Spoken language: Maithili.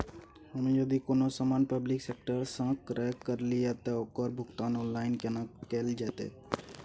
हम यदि कोनो सामान पब्लिक सेक्टर सं क्रय करलिए त ओकर भुगतान ऑनलाइन केना कैल जेतै?